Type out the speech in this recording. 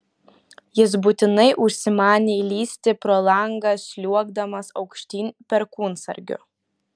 jis būtinai užsimanė įlįsti pro langą sliuogdamas aukštyn perkūnsargiu